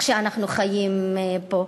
שאנחנו חיים בה.